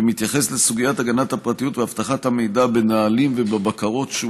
מתייחס לסוגיית הגנת הפרטיות ואבטחת המידע בנהלים ובבקרות שהוא